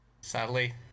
Sadly